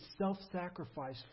self-sacrifice